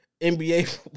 NBA